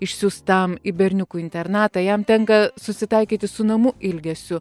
išsiųstam į berniukų internatą jam tenka susitaikyti su namų ilgesiu